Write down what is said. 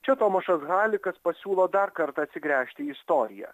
čia tomašas halikas pasiūlo dar kartą atsigręžti į istoriją